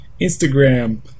Instagram